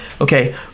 Okay